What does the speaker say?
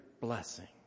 blessing